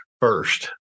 first